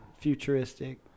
futuristic